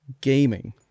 gaming